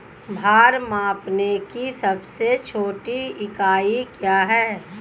भार मापने की सबसे छोटी इकाई क्या है?